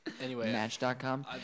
Match.com